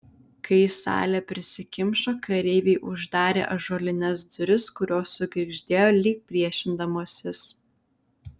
kai salė prisikimšo kareiviai uždarė ąžuolines duris kurios sugirgždėjo lyg priešindamosis